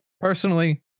personally